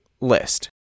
list